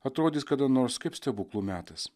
atrodys kada nors kaip stebuklų metas